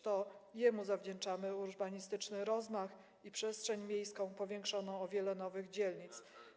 To jemu zawdzięczamy urbanistyczny rozmach i przestrzeń miejską powiększoną o wiele nowych dzielnic.